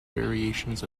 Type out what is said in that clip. variations